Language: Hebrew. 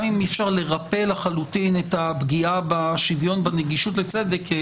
גם אם אי אפשר לרפא לחלוטין את הפגיעה בשוויון בנגישות לצדק,